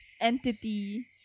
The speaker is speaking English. entity